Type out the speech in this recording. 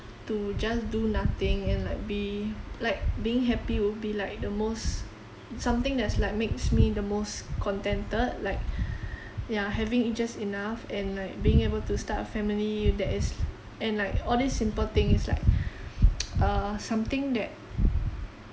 to just do nothing and like be like being happy would be like the most something that's like makes me the most contented like ya having e~ just enough and like being able to start a family that is and like all these simple things like uh something that